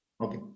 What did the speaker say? Okay